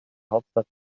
hauptstadt